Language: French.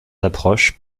approches